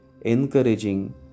encouraging